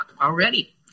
already